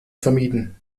vermieden